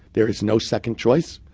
there is no second choice.